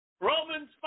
Romans